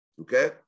okay